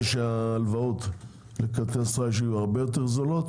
שההלוואות של כרטיסי האשראי יהיו הרבה יותר זולות